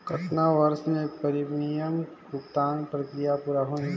कतना वर्ष मे प्रीमियम भुगतान प्रक्रिया पूरा होही?